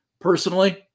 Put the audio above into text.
Personally